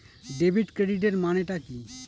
Debit ক্রেডিটের মানে টা কি?